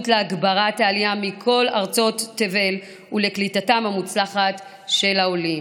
להגברת העלייה מכל ארצות תבל ולקליטתם המוצלחת של העולים"